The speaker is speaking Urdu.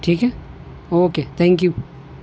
ٹھیک ہے اوکے تھینک یو